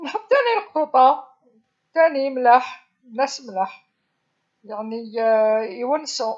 نحب ثاني لقطوطا، ثاني ملاح ناس ملاح، يعني يونسو.